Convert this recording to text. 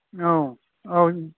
औ औ